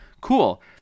Cool